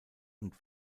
und